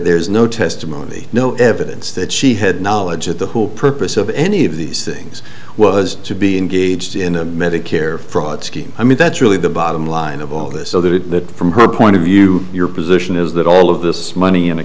there's no testimony no evidence that she had knowledge that the whole purpose of any of these things was to be engaged in a medicare fraud scheme i mean that's really the bottom line of all this so that from her point of view your position is that all of this money in